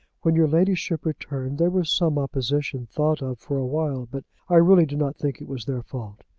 when your ladyship returned there was some opposition thought of for a while, but i really do not think it was their fault.